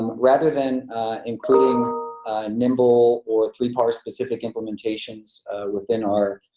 rather than including nimble or three par specific implementations within our